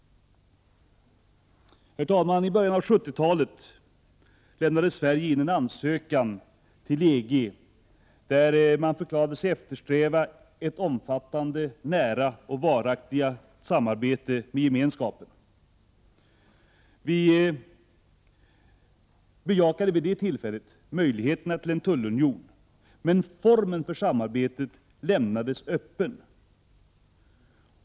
Herr talman! I början av 70-talet lämnade Sverige in en ansökan till EG där man förklarade sig eftersträva ett omfattande, nära och varaktigt samarbete med Gemenskapen. Vi bejakade vid det tillfället möjligheterna till en tullunion, men formen för samarbetet lämnades öppen.